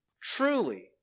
Truly